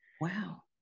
Wow